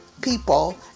People